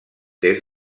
des